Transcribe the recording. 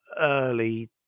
early